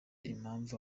impamvu